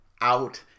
out